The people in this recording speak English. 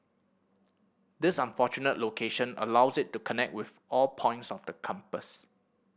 this fortunate location allows it to connect with all points of the compass